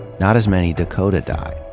not as many dakota died,